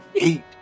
eight